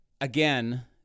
Again